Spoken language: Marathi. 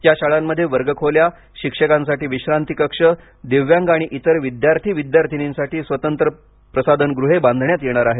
या शाळांमध्ये वर्गखोल्या शिक्षकांसाठी विश्रांती कक्ष दिव्यांग आणि इतर विद्यार्थी विद्यार्थिनीसाठी स्वतंत्र प्रसाधनगृहे बांधण्यात येणार आहेत